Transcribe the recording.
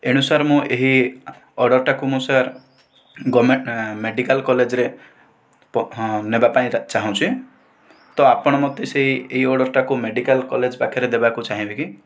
ଏଣୁ ସାର୍ ମୁଁ ଏହି ଅର୍ଡ଼ରଟାକୁ ମୁଁ ସାର୍ ଗଭର୍ନମେଣ୍ଟ ମେଡ଼ିକାଲ କଲେଜରେ ନେବା ପାଇଁ ଚାହୁଁଛି ତ ଆପଣ ମୋତେ ସେହି ଏହି ଅର୍ଡ଼ରଟାକୁ ମେଡ଼ିକାଲ କଲେଜ ପାଖରେ ଦେବାକୁ ଚାହିଁବେ କି